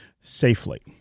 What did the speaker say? safely